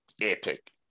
epic